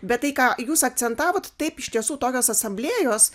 bet tai ką jūs akcentavot taip iš tiesų tokios asamblėjos